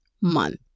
Month